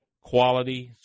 quality